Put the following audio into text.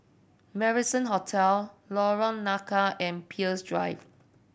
Marrison Hotel Lorong Nangka and Peirce Drive